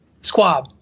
Squab